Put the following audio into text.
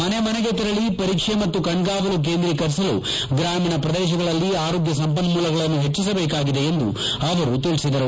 ಮನೆ ಮನೆಗೆ ತೆರಳಿ ಪರೀಕ್ಷೆ ಮತ್ತು ಕಣ್ಗಾವಲು ಕೇಂದ್ರೀಕರಿಸಲು ಗ್ರಾಮೀಣ ಪ್ರದೇಶಗಳಲ್ಲಿ ಆರೋಗ್ಯ ಸಂಪನ್ನೂಲಗಳನ್ನು ಹೆಚ್ಚಿಸಬೇಕಾಗಿದೆ ಎಂದು ಅವರು ತಿಳಿಸಿದರು